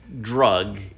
drug